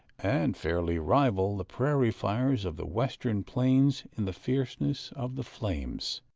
and fairly rival the prairie fires of the western plains in the fierceness of the flames.